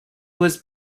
was